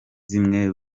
zimwe